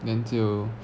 then 就